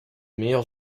meilleurs